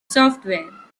software